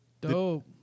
Dope